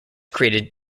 created